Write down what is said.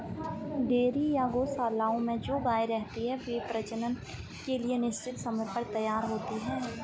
dairy या गोशालाओं में जो गायें रहती हैं, वे प्रजनन के लिए निश्चित समय पर तैयार होती हैं